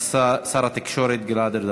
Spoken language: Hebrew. ותחזור לוועדת הכספים להכנתה לקריאה שנייה